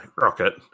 rocket